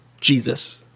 Jesus